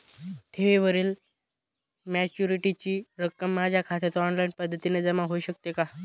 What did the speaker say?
ठेवीवरील मॅच्युरिटीची रक्कम माझ्या खात्यात ऑनलाईन पद्धतीने जमा होऊ शकते का?